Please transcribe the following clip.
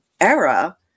era